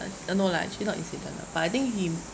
uh no lah actually not incident lah but I think he